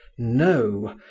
no,